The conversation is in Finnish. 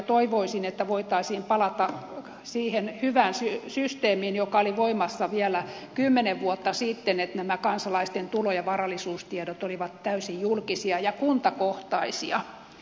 toivoisin että voitaisiin palata siihen hyvään systeemiin joka oli voimassa vielä kymmenen vuotta sitten että nämä kansalaisten tulo ja varallisuustiedot olivat täysin julkisia ja kuntakohtaisia